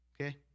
okay